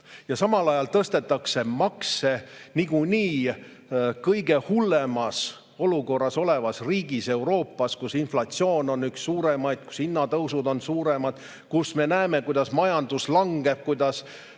Samal ajal tõstetakse makse niikuinii kõige hullemas olukorras olevas riigis Euroopas: kus inflatsioon on üks suuremaid, kus hinnatõusud on suured, kus me näeme, kuidas majandus langeb, kuidas